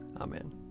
Amen